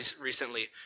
recently